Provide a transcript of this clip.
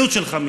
מיעוט של 5%,